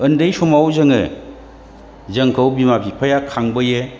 उन्दै समाव जोंखौ बिमा बिफाया खांबोयो